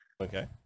Okay